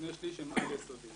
31% הם באשכולות 1 עד 3,